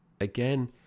again